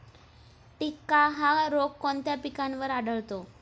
टिक्का हा रोग कोणत्या पिकावर आढळतो?